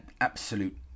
absolute